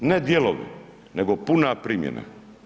Ne dijelovi, nego puna primjena.